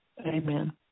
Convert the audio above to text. amen